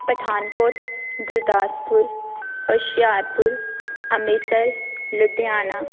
Pathankot Gurdaspur Hoshiarpur Amritsar Ludhiana